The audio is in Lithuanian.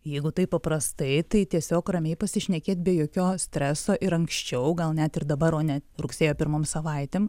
jeigu taip paprastai tai tiesiog ramiai pasišnekėt be jokio streso ir anksčiau gal net ir dabar o ne rugsėjo pirmom savaitėm